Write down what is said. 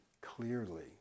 clearly